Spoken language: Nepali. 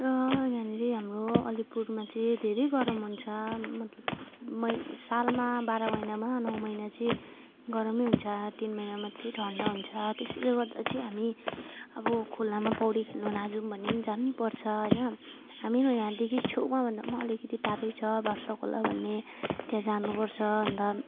र यहाँनेरि हाम्रो अलिपुरमा चाहिँ धेरै गरम हुन्छ मतलब म सालमा बाह्र महिनामा नौ महिना चाहिँ गरमै हुन्छ तिन महिना मत्तै ठन्डा हुन्छ त्यसैले गर्दा चाहिँ हामी अब खोलामा पौडी खेल्न नजाऔँ भने पनि जानैपर्छ हैन हामीहरू यहाँदेखि छेउमा भन्दा पनि अलिकति टाढै छ वर्षाखोला भन्ने त्यहाँ जानुपर्छ अनि त